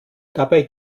dabei